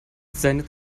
seine